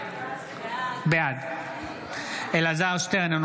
בעד אלעזר שטרן,